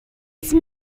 wise